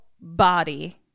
body